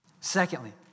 Secondly